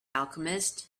alchemist